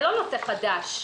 זה לא נושא חדש,